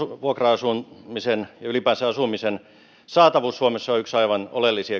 vuokra asumisen ja ylipäänsä asumisen saatavuus suomessa on yksi aivan oleellinen